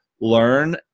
learn